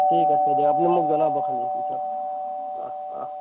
ঠিক আছে দিয়ক আপুনি মোক জনাব খালী পিছত